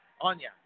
Anya